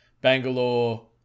Bangalore